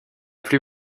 plus